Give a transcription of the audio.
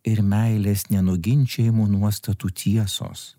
ir meilės nenuginčijamų nuostatų tiesos